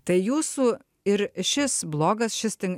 tai jūsų ir šis blogas šis tik